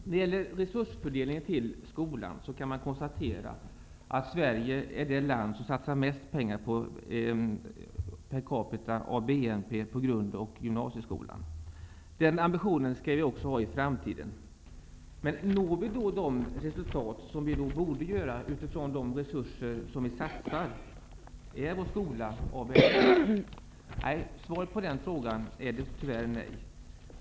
När det gäller resursfördelningen till skolan så kan man konstatera att Sverige är det land som satsar mest pengar per capita av BNP på grund och gymnasieskolan. Den ambitionen skall vi ha i framtiden också. Når vi då de resultat som vi borde utifrån de resurser som vi satsar? Är den svenska skolan av världsklass? Svaret är tyvärr nej.